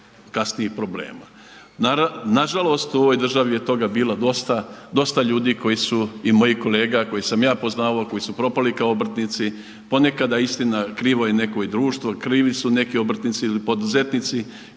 kasnijih problema. Nažalost u ovoj državi je toga bilo dosta, dosta ljudi koji su i mojih kolega koje sam ja poznavao koji su propali kao obrtnici, ponekad istina krivo je neko i društvo, krivi su neki obrtnici ili poduzetnici